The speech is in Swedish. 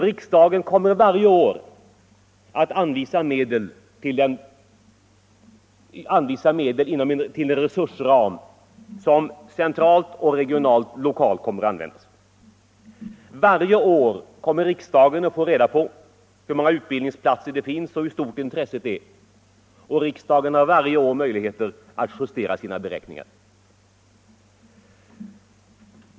Riksdagen kommer varje år att anvisa medel för resursramar både centralt, regionalt och lokalt. Riksdagen kommer också varje år att få reda på hur många utbildningsplatser som finns och hur stort intresset är och har därigenom möjligheter att justera sina beräkningar.